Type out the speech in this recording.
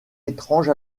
étrange